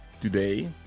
today